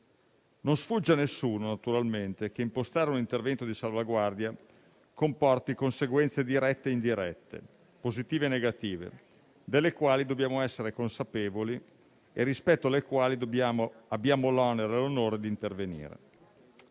Non sfugge ad alcuno che impostare un intervento di salvaguardia comporta conseguenze dirette e indirette, positive e negative, delle quali dobbiamo essere consapevoli e rispetto alle quali abbiamo l'onere e l'onore di intervenire.